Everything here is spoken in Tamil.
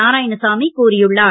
நாராயணசாமி கூறியுள்ளார்